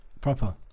Proper